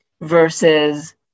versus